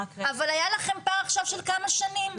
אבל היה לכם פער עכשיו של כמה שנים.